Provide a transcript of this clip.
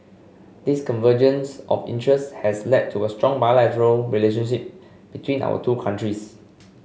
this convergence of interests has led to a strong bilateral relationship between our two countries